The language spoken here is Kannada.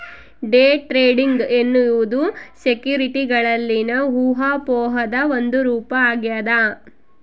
ಡೇ ಟ್ರೇಡಿಂಗ್ ಎನ್ನುವುದು ಸೆಕ್ಯುರಿಟಿಗಳಲ್ಲಿನ ಊಹಾಪೋಹದ ಒಂದು ರೂಪ ಆಗ್ಯದ